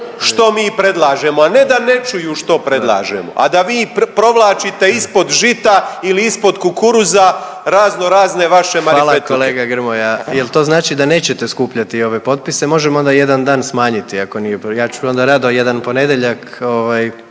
što mi predlažemo, a ne da ne čuju što predlažemo, a da vi provlačite ispod žita ili ispod kukuruza razno razne vaše marifetluke. **Jandroković, Gordan (HDZ)** Hvala kolega Grmoja. Jel to znači da nećete skupljati ove potpise, možemo onda jedan dan smanjiti ako nije problem, ja